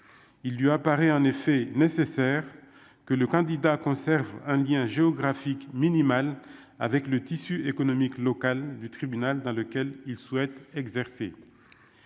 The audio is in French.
il lui apparaît en effet nécessaire que le candidat conserve un lien géographique minimale avec le tissu économique local du tribunal dans lequel il souhaite exercer